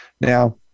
Now